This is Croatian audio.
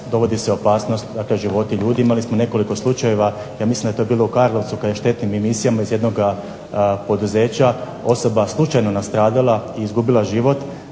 dovodi se u opasnost životi ljudi. Imali smo nekoliko slučajeva ja mislim da je to bilo u Karlovcu kada je štetnim emisijama iz jednog poduzeća osoba slučajno nastradala i izgubila život